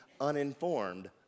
uninformed